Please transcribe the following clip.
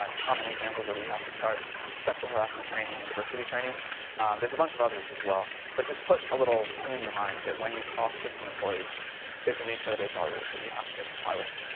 um common examples are that you have to start sexual harassment training and diversity training there's a bunch of others as well. but just put a little pin in your mind that when you cross fifty employees there's a new set of hr rules that you have to comply with.